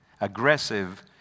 aggressive